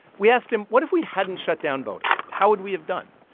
we asked him, what if we hadn't shut down botus? how would we have done?